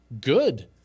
good